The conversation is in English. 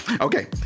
Okay